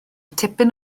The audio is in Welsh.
tipyn